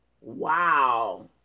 Wow